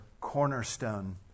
cornerstone